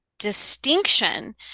distinction